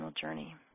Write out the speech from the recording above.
journey